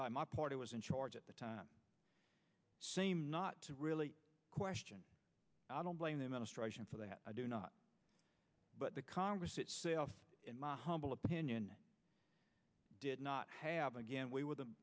by my party was in charge at the time seem not to really question i don't blame the ministration for that i do not but the congress itself in my humble opinion did not have again we were the